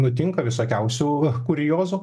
nutinka visokiausių kuriozų